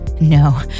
No